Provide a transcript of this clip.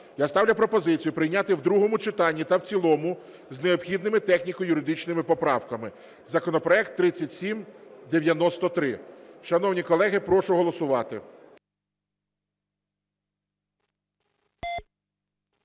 Я ставлю пропозицію прийняти в другому читанні та в цілому з необхідними техніко-юридичними поправками законопроект 3793. Шановні колеги, прошу голосувати.